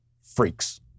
freaks